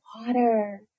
water